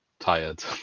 tired